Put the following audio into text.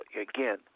again